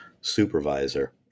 supervisor